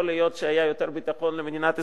יכול להיות שהיה יותר ביטחון למדינת ישראל,